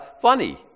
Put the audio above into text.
Funny